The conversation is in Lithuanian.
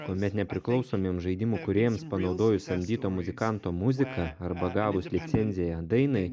tuomet nepriklausomiems žaidimų kūrėjams panaudojus samdyto muzikanto muziką arba gavus licenciją dainai